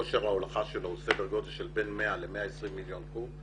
כושר ההולכה שלו הוא סדר גודל של בין 100 ל-120 מיליון קוב.